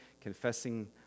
confessing